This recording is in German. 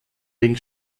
wegen